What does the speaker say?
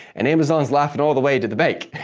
and amazon's laughing all the way to the bank.